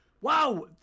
wow